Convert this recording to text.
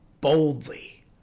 boldly